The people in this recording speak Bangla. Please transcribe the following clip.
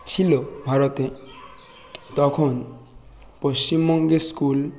ছিল ভারতে তখন পশ্চিমবঙ্গে স্কুল